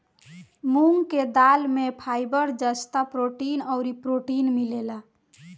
मूंग के दाल में फाइबर, जस्ता, प्रोटीन अउरी प्रोटीन मिलेला